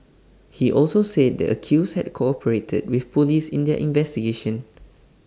he also said the accused had cooperated with Police in their investigation